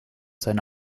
seine